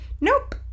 Nope